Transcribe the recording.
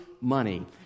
money